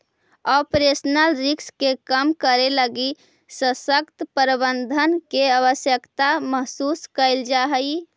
operational risk के कम करे लगी सशक्त प्रबंधन के आवश्यकता महसूस कैल जा हई